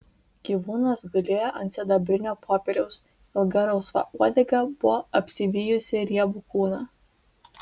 gyvūnas gulėjo ant sidabrinio popieriaus ilga rausva uodega buvo apsivijusi riebų kūną